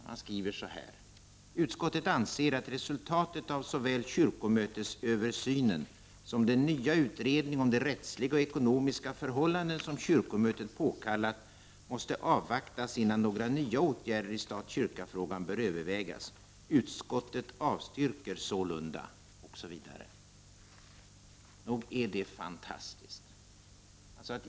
Man skriver så här: ”Utskottet anser att resultatet av såväl kyrkomötesöversynen som den nya utredning om de rättsliga och ekonomiska förhållanden som kyrkomötet påkallat måste avvaktas innan några nya åtgärder i stat — kyrka-frågan bör övervägas. Utskottet avstyrker sålunda —— -”,osv. Nog är detta fantastiskt!